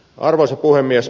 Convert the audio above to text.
arvoisa puhemies